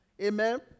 Amen